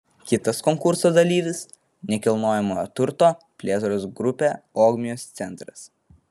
kitas konkurso dalyvis nekilnojamojo turto plėtros grupė ogmios centras